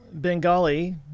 Bengali